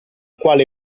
quale